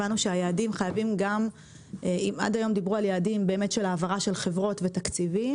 הבנו שאם עד היום דיברו על יעדים של העברה של חברות ותקציבים,